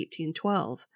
1812